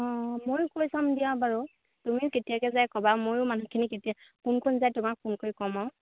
অঁ মইয়ো কৈ চাম দিয়া বাৰু তুমিও কেতিয়াকৈ যাই ক'বা মইয়ো মানুহখিনি কেতিয়া কোন কোন যায় তোমাক ফোন কৰি ক'ম আৰু